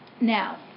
Now